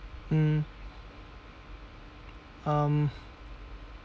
mm um